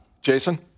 Jason